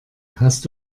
hast